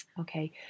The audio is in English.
Okay